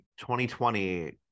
2020